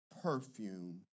perfume